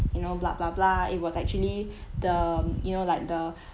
you know blah blah blah it was actually the you know like the